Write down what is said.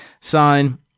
sign